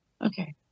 okay